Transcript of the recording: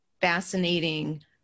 fascinating